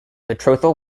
betrothal